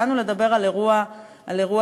באנו לדבר על אירוע קשה,